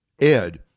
Ed